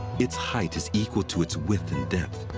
its height is equal to its width and depth,